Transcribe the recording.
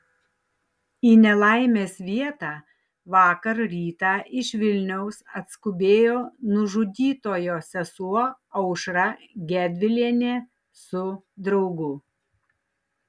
į nelaimės vietą vakar rytą iš vilniaus atskubėjo nužudytojo sesuo aušra gedvilienė su draugu